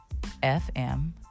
fm